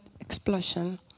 explosion